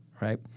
right